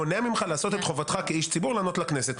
מונע ממך לעשות את חובתך כאיש ציבור לענות לכנסת?